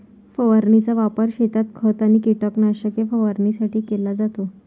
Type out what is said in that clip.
फवारणीचा वापर शेतात खत आणि कीटकनाशके फवारणीसाठी केला जातो